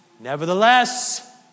Nevertheless